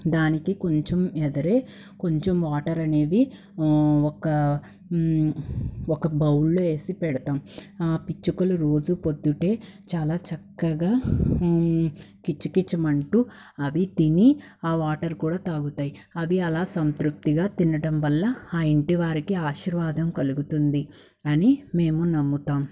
దానికి కొంచెం ఎదురు కొంచెం వాటర్ అనేది ఒక ఒక బౌల్లో వేసి పెడతాం ఆ పిచుకలు రోజు పొద్దుటే చాలా చక్కగా కిచకిచమంటూ అవి తిని ఆ వాటర్ కూడా తాగుతాయి అవి అలా సంతృప్తిగా తినటం వల్ల ఆ ఇంటి వారికి ఆశీర్వాదం కలుగుతుంది అని మేము నమ్ముతాం